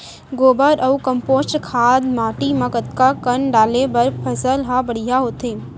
गोबर अऊ कम्पोस्ट खाद माटी म कतका कन डाले बर फसल ह बढ़िया होथे?